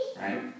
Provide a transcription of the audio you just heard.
Right